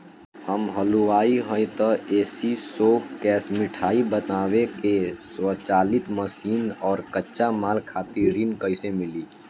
हम हलुवाई हईं त ए.सी शो कैशमिठाई बनावे के स्वचालित मशीन और कच्चा माल खातिर ऋण कइसे मिली?